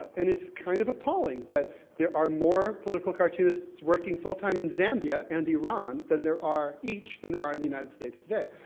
and it's kind of appalling, that there are more political cartoonists working full time in zambia, and iran, than there, each, than there are in the united states today.